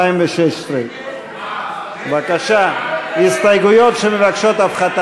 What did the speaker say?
61. אני קובע כי ההסתייגויות שמבקשות תוספת